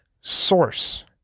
source